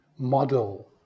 model